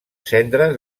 cendres